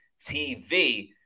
TV